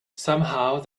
somehow